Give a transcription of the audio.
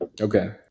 Okay